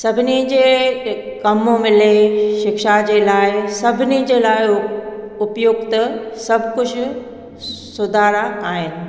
सभिनी जे कमु मिले शिक्षा जे लाइ सभिनी जे लाइ उपयुक्त सभु कुझु सुधारा आहिनि